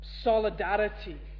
solidarity